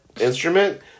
instrument